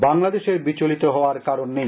বাংলাদেশের বিচলিত হওয়ার কারণ নেই